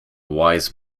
wise